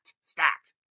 stacked